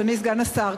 אדוני סגן השר,